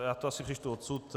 Já to asi přečtu odsud.